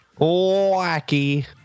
Wacky